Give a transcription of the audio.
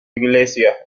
iglesia